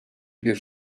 bir